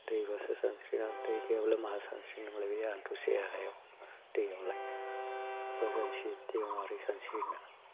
दै बासो सानस्रिनो हागोन दै गैयाब्लालाय माहा सानस्रिनो बे हान्थुसे हायाव दैयावलाय ओजोंसो दैयाव आरि सानस्रिनो